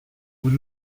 vous